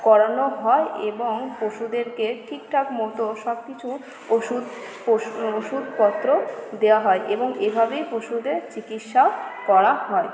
করানো হয় এবং পশুদেরকে ঠিকঠাক মতো সব কিছু ওষুধ ওষুধপত্র দেওয়া হয় এবং এভাবেই পশুদের চিকিৎসাও করা হয়